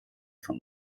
von